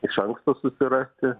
iš anksto susirasti